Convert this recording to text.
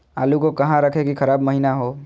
आलू को कहां रखे की खराब महिना हो?